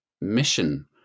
mission